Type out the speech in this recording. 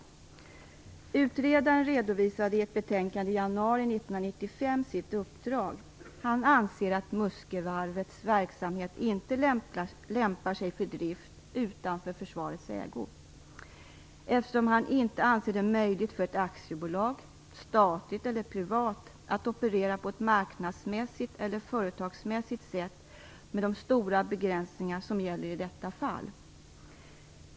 Utredaren redovisade i ett betänkande i januari 1995 sitt uppdrag. Han anser att Muskövarvets verksamhet inte lämpar sig för drift utanför försvarets ägo, eftersom han inte anser det möjligt för ett aktiebolag - statligt eller privat - att operera på ett marknadsmässigt eller företagsmässigt sätt med de stora begränsningar som gäller i detta fall.